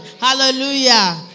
Hallelujah